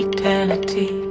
Eternity